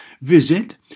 Visit